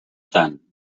tant